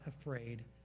afraid